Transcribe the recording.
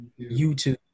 YouTube